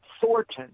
Thornton